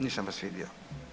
Nisam vas vidio.